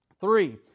Three